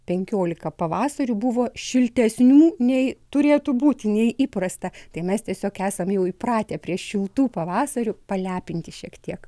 penkiolika pavasarių buvo šiltesnių nei turėtų būti nei įprasta tai mes tiesiog esam jau įpratę prie šiltų pavasarių palepinti šiek tiek